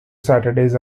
saturdays